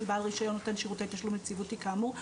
בעל רישיון נותן שירותי תשלום יציבותי כאמור,